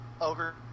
over